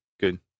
good